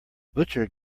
butcher